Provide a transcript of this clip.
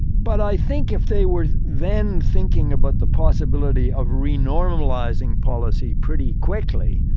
but i think if they were then thinking about the possibility of re normalizing policy pretty quickly,